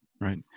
right